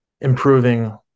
improving